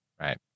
Right